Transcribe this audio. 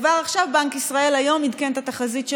כבר עכשיו בנק ישראל, היום, עדכן את התחזית שלו.